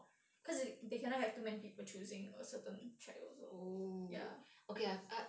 cause they cannot have too many people choosing a certain track also ya